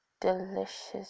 delicious